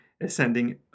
ascending